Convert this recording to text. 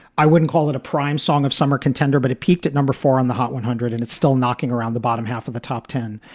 i wouldn't call it a prime song of summer contender, but it peaked at number four on the hot one hundred and it's still knocking around the bottom half of the top ten.